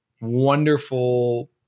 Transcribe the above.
wonderful